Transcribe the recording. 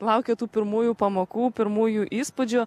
laukia tų pirmųjų pamokų pirmųjų įspūdžių